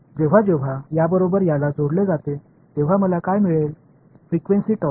இதேபோல் இந்த பையன் இந்த பையனுடன் இணைந்தால் எனக்கு என்ன கிடைக்கும்